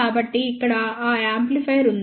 కాబట్టి ఇక్కడ ఆ యాంప్లిఫైయర్ ఉంది